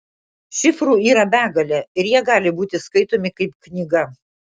šifrų yra begalė ir jie gali būti skaitomi kaip knyga